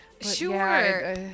sure